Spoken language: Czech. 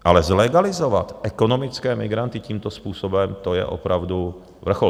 Ale zlegalizovat ekonomické migranty tímto způsobem, to je opravdu vrchol.